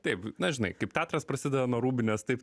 taip na žinai kaip teatras prasideda nuo rūbinės taip